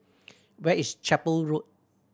where is Chapel Road